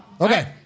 Okay